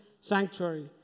sanctuary